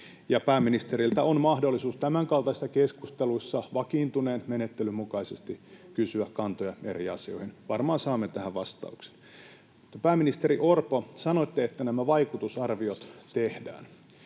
pääministeriltä on mahdollista tämänkaltaisissa keskusteluissa vakiintuneen menettelyn mukaisesti kysyä kantoja eri asioihin. Varmaan saamme tähän vastauksen. Pääministeri Orpo, sanoitte, että nämä vaikutusarviot tehdään.